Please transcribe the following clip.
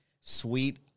sweet